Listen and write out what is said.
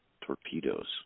torpedoes